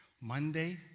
Monday